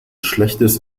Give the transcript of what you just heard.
schlechtes